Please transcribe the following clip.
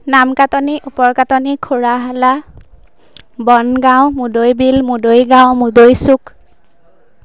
নাম কাটনি ওপৰ কাটনি খুৰাহালা বনগাঁও মুদৈ বিল মুদৈ গাঁও মুদৈ চুক